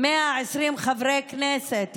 120 חברי כנסת,